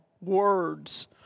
Words